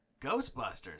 Ghostbusters